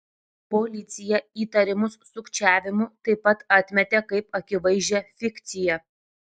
policija įtarimus sukčiavimu taip pat atmetė kaip akivaizdžią fikciją